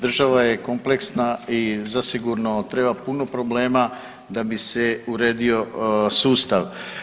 Država je kompleksna i zasigurno treba puno problema da bi se uredio sustav.